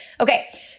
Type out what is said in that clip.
Okay